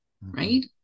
right